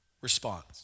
response